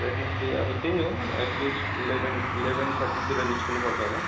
Wednesday अब त्यही हो एटलिस्ट इलेभन इलेभन थर्ट्टीतिर निस्किनुपर्छ होला